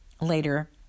later